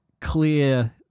clear